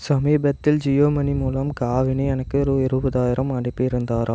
சமீபத்தில் ஜியோமனி மூலம் காவினி எனக்கு ரூ இருபதாயிரம் அனுப்பியிருந்தாரா